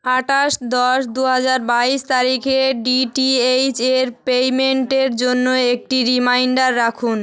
আটাশ দশ দু হাজার বাইশ তারিখে ডিটিএইচ এর পেইমেন্টের জন্য একটি রিমাইন্ডার রাখুন